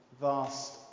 vast